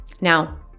Now